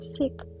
sick